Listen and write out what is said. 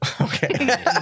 okay